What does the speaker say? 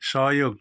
सहयोग